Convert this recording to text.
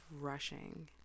rushing